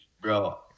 bro